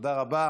תודה רבה.